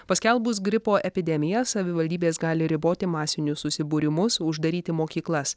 paskelbus gripo epidemiją savivaldybės gali riboti masinius susibūrimus uždaryti mokyklas